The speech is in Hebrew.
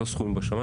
זה לא סכום בשמיים.